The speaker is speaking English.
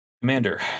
Commander